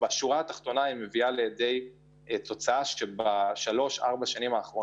בשורה התחתונה היא מביאה למצב שבשנים האחרונות